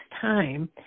time